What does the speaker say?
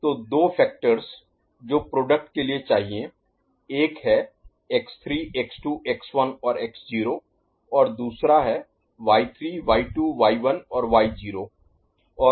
तो दो फैक्टर्स जो प्रोडक्ट के लिए चाहिए एक है x3 x2 x1 और x0 और दूसरा है y3 y2 y1 और y0